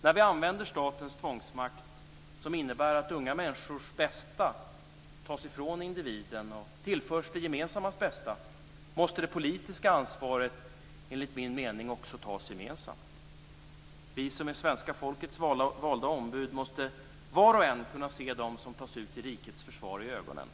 När vi använder statens tvångsmakt, som innebär att unga människors bästa tas ifrån individen och tillförs det gemensammas bästa, måste det politiska ansvaret enligt min mening också tas gemensamt. Vi som är svenska folkets valda ombud måste var och en kunna se dem som tas ut till rikets försvar i ögonen.